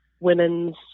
women's